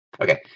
Okay